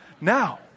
Now